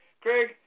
Craig